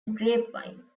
grapevine